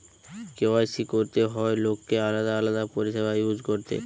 KYC করতে হয় লোককে আলাদা আলাদা পরিষেবা ইউজ করতে